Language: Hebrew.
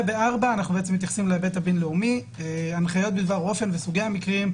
ב-4 אנו מתייחסים להיבט הבין-לאומי הנחיות בדבר אופן וסוגי המקרים,